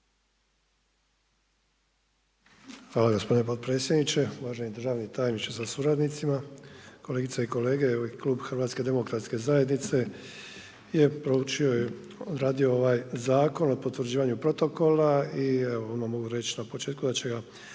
Hvala gospodine potpredsjedniče, uvaženi državni tajniče sa suradnicima, kolegice i kolege. Evo i klub Hrvatske demokratske zajednice je proučio, odradio ovaj Zakon o potvrđivanju protokola i evo mogu reći na početku da će ga